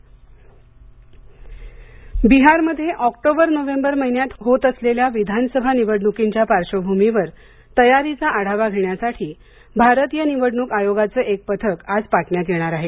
बिहार निवडणक निरीक्षक पथक बिहार मध्ये ऑक्टोबर नोव्हेंबर महिन्यात होत असलेल्या विधानसभा निवडणुकींच्या पार्श्वभूमीवर तयारीचा आढावा घेण्यासाठी भारतीय निवडणूक आयोगाचं एक पथक आज पाटण्यात येणार आहे